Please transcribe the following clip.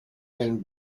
been